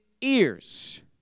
ears